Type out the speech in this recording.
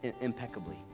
impeccably